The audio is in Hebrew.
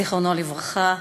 זיכרונו לברכה,